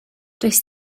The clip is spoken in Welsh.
does